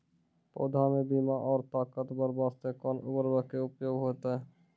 पौधा मे बृद्धि और ताकतवर बास्ते कोन उर्वरक के उपयोग होतै?